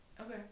Okay